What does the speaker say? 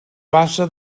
bassa